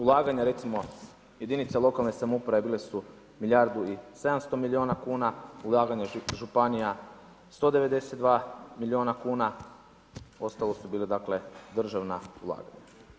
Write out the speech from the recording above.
Ulaganja recimo jedinica lokalne samouprave bile su milijardu i 700 milijuna kuna, ulaganje županija 192 milijuna kuna, ostalo su bile državna ulaganja.